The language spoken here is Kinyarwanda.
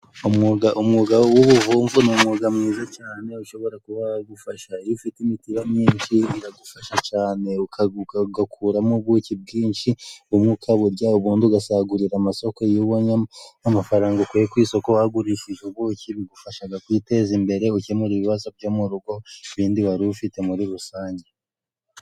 Umwuga w'ubuvumvu ni umwuga mwiza cyane， ushobora kuba wagufasha，iyo ufite imitiba myinshi iragufasha cyane，ugakuramo ubuki bwinshi，bumwe ukaburya， ubundi ugasagurira amasoko，iyo ubonye nk’amafaranga ukuye ku isoko wagurishije ubuki，bigufasha kwiteza imbere， gukemure ibibazo byo mu rugo ibindi wari ufite muri rusange.